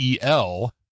el